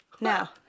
Now